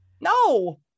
No